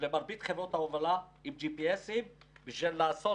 חברות ההובלה עם GPS בשביל לעשות